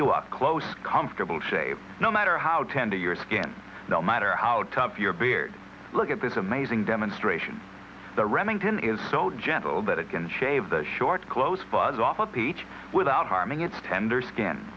you up close comfortable shave no matter how tender your skin no matter how tough your beard look at this amazing demonstration the remington is so gentle that it can shave the short clothes fuzz off a peach without harming its tender skin